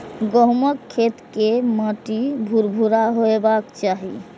गहूमक खेत के माटि भुरभुरा हेबाक चाही